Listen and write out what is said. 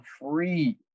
free